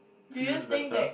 feels better